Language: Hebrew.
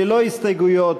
ללא הסתייגויות,